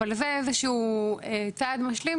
אבל זה איזשהו צעד משלים,